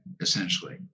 essentially